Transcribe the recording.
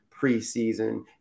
preseason